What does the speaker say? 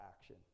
action